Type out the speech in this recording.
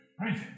Right